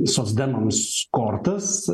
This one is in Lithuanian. socdemams kortas